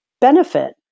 benefit